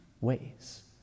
ways